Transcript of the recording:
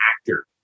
actor